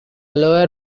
lower